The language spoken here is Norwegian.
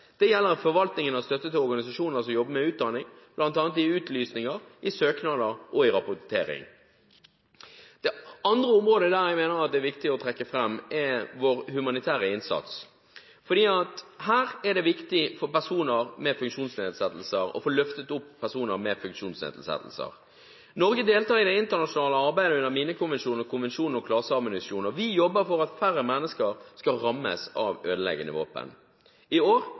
Det gjelder forvaltningen av støtte til organisasjoner som jobber med utdanning, bl.a. i utlysninger, i søknader og i rapportering. Det andre området jeg mener at det er viktig å trekke fram, er vår humanitære innsats, for her er det viktig å få løftet opp personer med funksjonsnedsettelser. Norge deltar i det internasjonale arbeidet under Minekonvensjonen og Konvensjonen om klaseammunisjon, og vi jobber for at færre mennesker skal rammes av ødeleggende våpen. I år